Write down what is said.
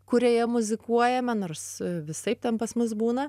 kurioje muzikuojame nors visaip ten pas mus būna